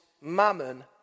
mammon